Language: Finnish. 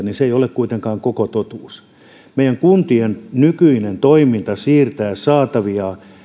niin se ei ole kuitenkaan koko totuus meidän kuntien nykyinen toiminta siirtää saatavia